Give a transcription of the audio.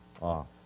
off